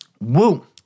Woo